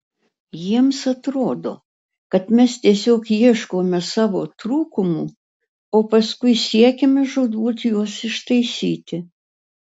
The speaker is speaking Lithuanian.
jiems atrodo kad mes tiesiog ieškome savo trūkumų o paskui siekiame žūtbūt juos ištaisyti